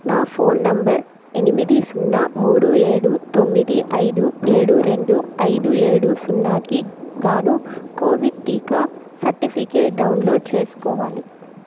నా phone number ఎనిమిది సున్నా మూడు ఏడు తొమ్మిది ఐదు ఏడు రెండు ఐదు ఏడు రెండు ఐదు ఏడు సున్నాకి గాను కోవిడ్ టీకా సర్టిఫికేట్ డౌన్లోడ్ చేసుకోవాలి